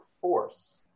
force